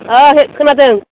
खोनादों